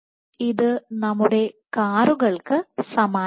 ഇത് നമ്മുടെ കാറുകൾക്ക് സമാനമാണ്